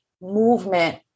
movement